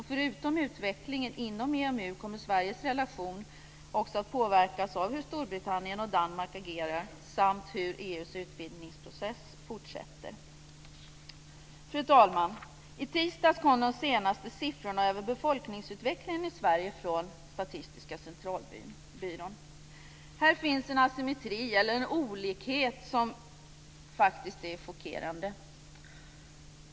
Förutom utvecklingen inom EMU kommer Sveriges relation också att påverkas av hur Storbritannien och Danmark agerar samt hur EU:s utvidgningsprocess fortsätter. Fru talman! I tisdags kom de senaste siffrorna över befolkningsutvecklingen i Sverige från Statistiska centralbyrån. Här finns en asymmetri, eller olikhet, som faktiskt är chockerande.